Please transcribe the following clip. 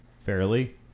Fairly